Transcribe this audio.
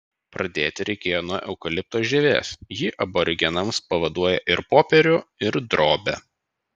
pradėti reikėjo nuo eukalipto žievės ji aborigenams pavaduoja ir popierių ir drobę